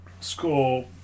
score